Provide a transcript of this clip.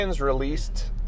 released